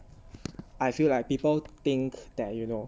I feel like people think that you know